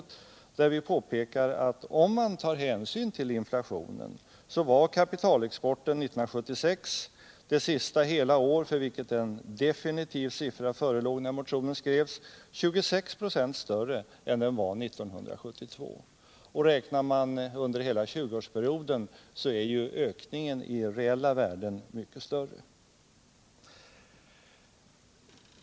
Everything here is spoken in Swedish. Vi påpekar där att kapitalexporten, om man tar hänsyn till inflationen, år 1976 — det sista hela år för vilket en definitiv siffra förelåg när motionen skrevs — var 26 få större än den var 1972. Räknar man över hela tjugoårsperioden är ökningen i reella värden mycket större.